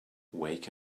wake